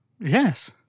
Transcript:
Yes